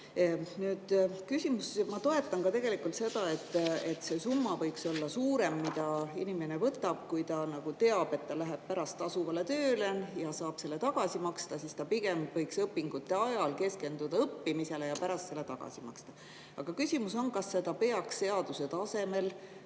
ma toetan tegelikult ka seda, et see summa, mille inimene võtab, võiks olla suurem. Kui ta teab, et ta läheb pärast tasuvale tööle ja saab selle tagasi maksta, siis ta pigem võiks õpingute ajal keskenduda õppimisele ja pärast selle tagasi maksta. Aga küsimus on, kas seda peaks seaduse tasemel